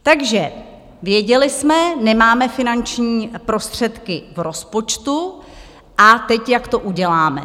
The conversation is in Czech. Takže věděli jsme: Nemáme finanční prostředky v rozpočtu, a teď jak to uděláme?